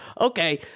Okay